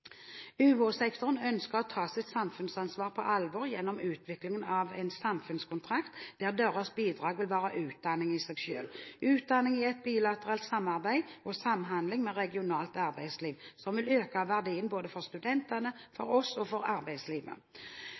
en samfunnskontrakt der deres bidrag vil være utdanning i seg selv, utdanning i et bilateralt samarbeid og samhandling med regionalt arbeidsliv, som vil øke verdien både for studentene, for oss og for arbeidslivet.